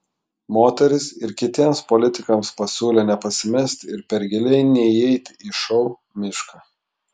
moteris ir kitiems politikams pasiūlė nepasimesti ir per giliai neįeiti į šou mišką